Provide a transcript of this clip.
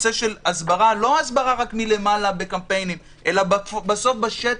נושא ההסברה לא רק הסברה מלמעלה בקמפיינים אלא בסוף בשטח,